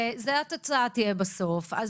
וזו תהיה בסוף התוצאה,